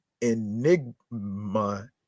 Enigma